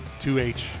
2H